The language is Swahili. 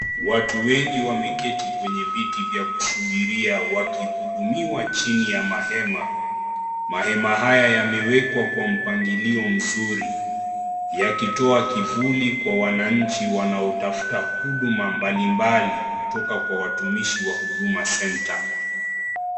Watu wengi wameketi kwenye viti vya kusubiria wakihudumiwa chini ya mahema. Mahema haya yamewekwa kwa mpangilio mzuri. Yakitoa kivuli kwa wananchi wanaotafuta huduma mbalimbali kutoka kwa watumishi wa Huduma Center.